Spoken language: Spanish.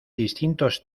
distintos